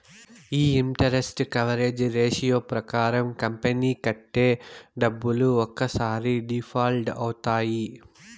ఈ interest coverage ratio ప్రకారం company కట్టే డబ్బులు ఒక్కసారి డిఫాల్ట్ అవుతాయి